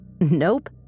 Nope